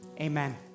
amen